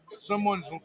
Someone's